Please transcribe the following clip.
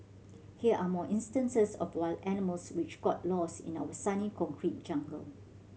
here are more instances of wild animals which got lost in our sunny concrete jungle